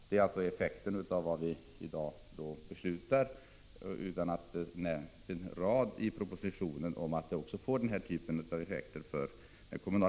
Denna effekt på den kommunala nivån av det beslut som vi i dag föreslås fatta nämns det inte ett ord om i propositionen.